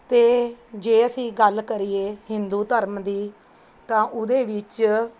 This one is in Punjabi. ਅਤੇ ਜੇ ਅਸੀਂ ਗੱਲ ਕਰੀਏ ਹਿੰਦੂ ਧਰਮ ਦੀ ਤਾਂ ਉਹਦੇ ਵਿੱਚ